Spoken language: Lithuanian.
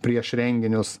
prieš renginius